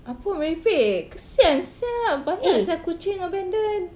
apa merepek kesian sia banyak sia kucing abandon